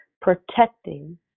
protecting